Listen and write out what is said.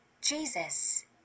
Jesus